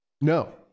No